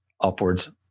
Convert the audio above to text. upwards